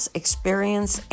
experience